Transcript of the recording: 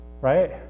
right